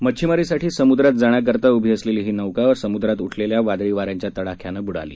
मच्छीमारीसाठी समुद्रात जाण्यारिता उभी असलेली ही नौका समुद्रात उठलेल्या वादळी वाऱ्यांच्या तडाख्यानं बुडाली